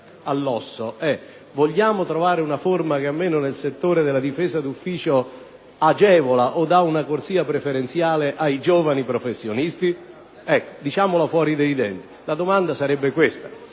domanda è: vogliamo trovare una forma che, almeno nel settore della difesa d'ufficio, agevoli o dia una corsia preferenziale ai giovani professionisti? Diciamolo fuori dai denti: la domanda sarebbe questa.